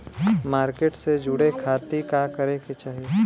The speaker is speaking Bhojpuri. मार्केट से जुड़े खाती का करे के चाही?